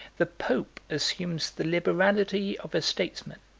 the pope assumes the liberality of a statesman,